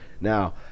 Now